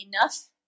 Enough